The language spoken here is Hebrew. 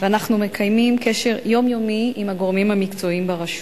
ואנחנו מקיימים קשר יומיומי עם הגורמים המקצועיים ברשות.